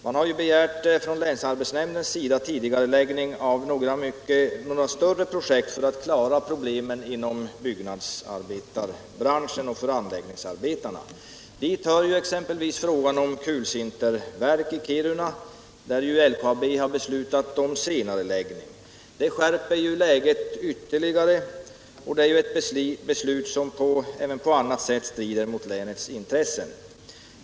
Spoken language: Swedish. Man har från länsarbetsnämndens sida begärt tidigareläggning av några större projekt för att klara problemen för byggnadsarbetarna och för anläggningsarbetarna. Dit hör exempelvis frågan om ett kulsinterverk i Kiruna, där ju LKAB har beslutat om senareläggning. Det skärper läget ytterligare, och beslutet strider även på annat sätt mot länets intressen.